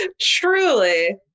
Truly